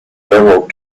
railroad